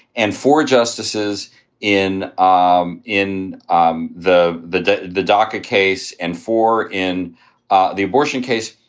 and four justices in um in um the the the the docket case and four in ah the abortion case.